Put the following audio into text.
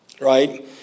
Right